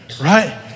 right